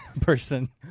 person